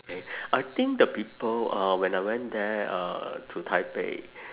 I think the people uh when I went there uh to 台北